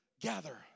Gather